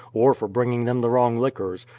or for bringing them the wrong liquors,